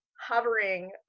hovering